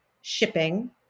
shipping